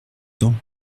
temps